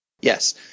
Yes